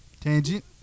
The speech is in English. tangent